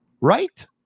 Right